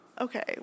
okay